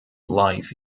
life